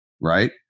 right